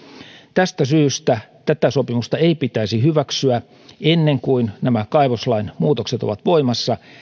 tästä syystä tätä sopimusta ei pitäisi hyväksyä ennen kuin nämä kaivoslain muutokset ovat voimassa